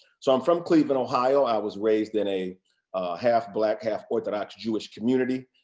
so i'm from cleveland, ohio. i was raised in a half black, half orthodox jewish community.